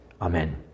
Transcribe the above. Amen